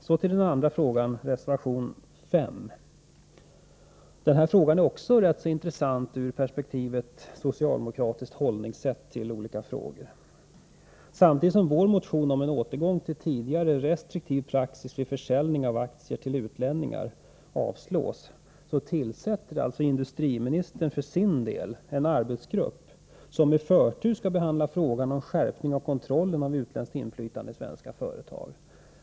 Så till den andra frågan och reservation 5. Den frågan är också rätt intressant i perspektivet socialdemokratiskt hållningssätt till olika frågor. Samtidigt som vår motion om en återgång till tidigare restriktiv praxis vid försäljning av aktier till utlänningar avstyrkts, tillsätter industriministern för sin del en arbetsgrupp som med förtur skall utreda frågan om skärpning av kontrollen av utländskt inflytande i svenska företag.